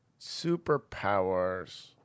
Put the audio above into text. superpowers